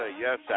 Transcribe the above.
yes